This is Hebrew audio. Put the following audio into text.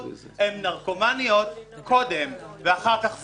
הן נרקומניות קודם ואחר כך זונות.